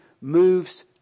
moves